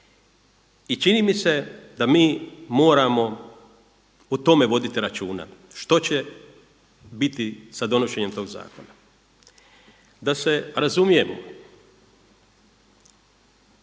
I čini mi se da mi moramo o tome voditi računa, što će biti sa donošenjem tog zakona. Da se razumijemo,